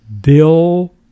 Bill –